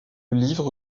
livre